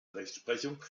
rechtsprechung